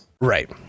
Right